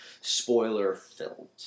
spoiler-filled